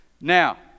Now